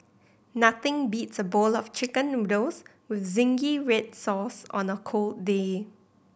nothing beats a bowl of Chicken Noodles with zingy red sauce on a cold day